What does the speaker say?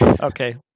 Okay